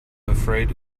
afraid